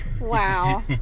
Wow